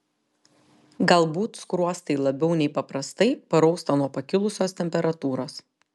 galbūt skruostai labiau nei paprastai parausta nuo pakilusios temperatūros